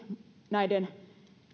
näiden